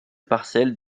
parcelles